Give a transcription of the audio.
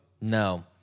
No